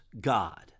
God